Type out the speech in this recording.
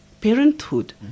parenthood